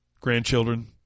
grandchildren